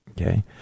Okay